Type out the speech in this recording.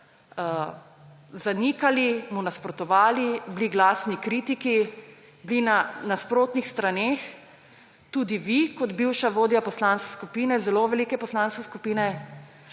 zanikali, mu nasprotovali, bili glasni kritiki, bili na nasprotnih straneh; tudi vi kot bivša vodja zelo velike poslanske skupine.